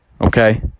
Okay